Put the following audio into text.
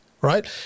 right